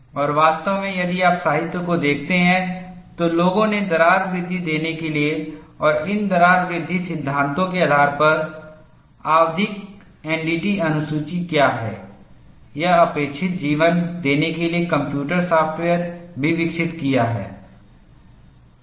और वास्तव में यदि आप साहित्य को देखते हैं तो लोगों ने दरार वृद्धि देने के लिए और इन दरार वृद्धि सिद्धांतों के आधार पर आवधिक एनडीटी अनुसूची क्या हैं यह अपेक्षित जीवन देने के लिए कंप्यूटर सॉफ्टवेयर भी विकसित किया है